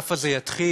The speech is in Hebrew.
האגף הזה יתחיל